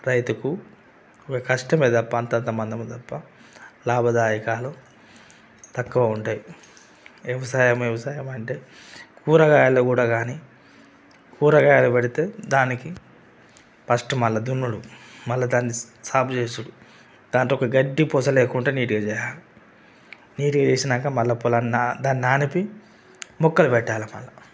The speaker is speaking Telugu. రైతుకు కష్ట తప్ప లాభదాయకాలు తక్కువ ఉంటాయ్ వ్యవసాయం వ్యవసాయం అంటే కూరగాయల్లో కూడా గానీ కూరగాయ పడితే దానికి ఫస్ట్ మళ్ళ దున్నుడు మళ్ళ దాన్ని సాగు చేస్తూరు దాంతో ఒక గడ్డి పూస లేకుండా నీట్గా చేయాలా నీట్గా చేసినంక మళ్ళ పొలం దాన్ని నానిపి మొక్కలు పెట్టాలి మళ్ళ